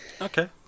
Okay